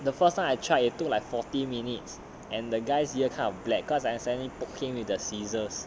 the first time I tried it took like forty minutes and the guy's ear kind of black cause I accidentally poke him with the scissors